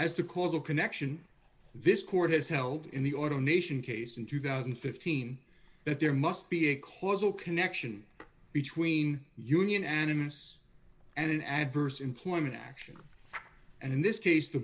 the causal connection this court has held in the ordination case in two thousand and fifteen that there must be a causal connection between union animus and an adverse employment action and in this case the